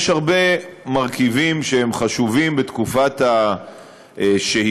יש הרבה מרכיבים שהם חשובים בתקופת השהייה.